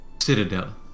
Citadel